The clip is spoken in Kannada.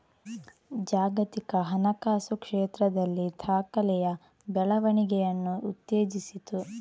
ಜಾಗತಿಕ ಹಣಕಾಸು ಕ್ಷೇತ್ರದಲ್ಲಿ ದಾಖಲೆಯ ಬೆಳವಣಿಗೆಯನ್ನು ಉತ್ತೇಜಿಸಿತು